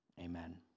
amen